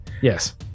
Yes